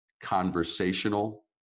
conversational